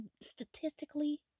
statistically